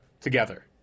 together